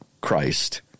Christ